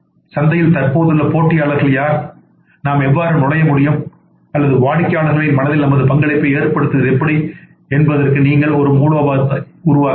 சந்தையில் தற்போதுள்ள போட்டியாளர்கள் யார் நாம் எவ்வாறு நுழைய முடியும் அல்லது வாடிக்கையாளர்களின் மனதில் நமது பங்களிப்பை ஏற்படுத்துவது எப்படி என்பதற்கு நீங்கள் ஒரு மூலோபாயத்தை உருவாக்க வேண்டும்